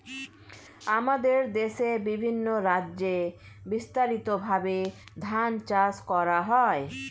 আমাদের দেশে বিভিন্ন রাজ্যে বিস্তারিতভাবে ধান চাষ করা হয়